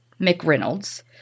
McReynolds